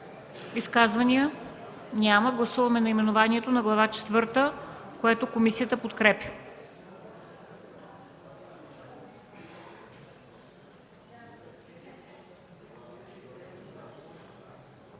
Изказвания? Няма. Гласуваме наименованието на Глава четвърта, което комисията подкрепя.